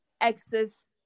access